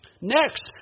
Next